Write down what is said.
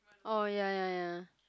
oh ya ya ya